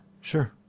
sure